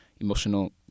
emotional